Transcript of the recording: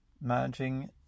managing